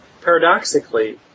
paradoxically